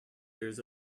years